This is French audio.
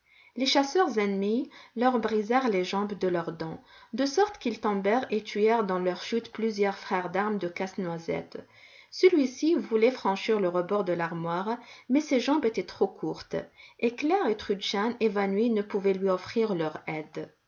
les chasseurs ennemis leur brisèrent les jambes de leurs dents de sorte qu'ils tombèrent et tuèrent dans leur chute plusieurs frères d'armes de casse-noisette celui-ci voulait franchir le rebord de l'armoire mais ses jambes étaient trop courtes et claire et trudchen évanouies ne pouvaient lui offrir leur aide